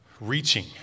reaching